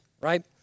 right